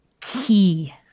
key